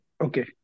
Okay